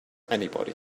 anybody